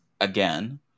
again